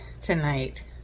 tonight